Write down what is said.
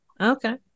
Okay